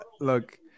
Look